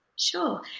Sure